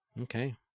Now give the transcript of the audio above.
okay